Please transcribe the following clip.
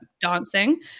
dancing